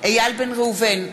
איל בן ראובן,